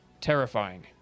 terrifying